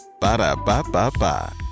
Ba-da-ba-ba-ba